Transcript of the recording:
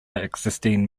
existing